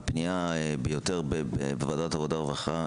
בפנייה לוועדת העבודה והרווחה,